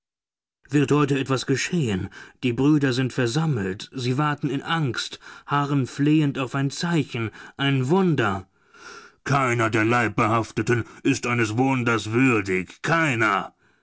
wird heute etwas geschehen die brüder sind versammelt sie warten in angst harren flehend auf ein zeichen ein wunder keiner der leibbehafteten ist eines wunders würdig keiner